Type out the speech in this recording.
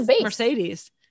Mercedes